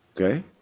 Okay